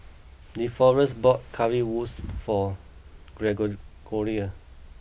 Deforest bought Currywurst for Gregorio